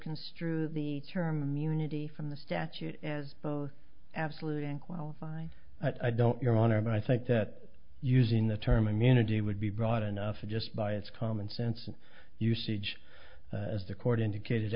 construe the term unity from the statute as both absolute and qualify i don't your honor but i think that using the term immunity would be broad enough just by its common sense and usage as the court indicated